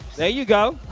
there you go.